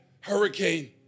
hurricane